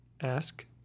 ask